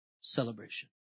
celebration